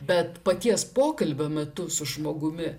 bet paties pokalbio metu su žmogumi